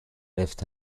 left